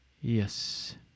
Yes